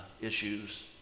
issues